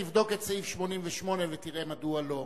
תבדוק את סעיף 88 ותראה מדוע לא.